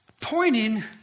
Pointing